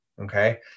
Okay